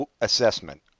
assessment